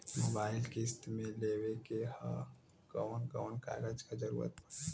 Mobile किस्त मे लेवे के ह कवन कवन कागज क जरुरत पड़ी?